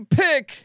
pick